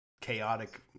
chaotic